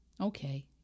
Okay